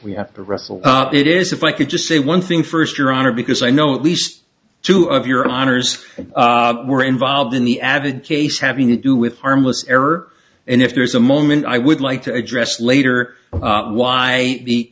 we have to wrestle it is if i could just say one thing first your honor because i know at least two of your honors were involved in the avid case having to do with harmless error and if there is a moment i would like to address later why the